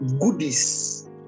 goodies